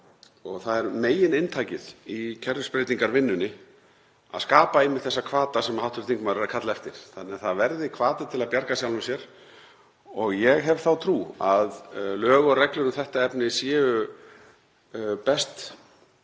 Megininntakið í kerfisbreytingarvinnunni er að skapa einmitt þessa hvata sem hv. þingmaður er að kalla eftir þannig að það verði hvati til að bjarga sér sjálfur og ég hef þá trú að lög og reglur um þetta efni séu best